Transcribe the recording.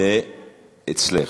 אצלך.